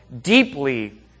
deeply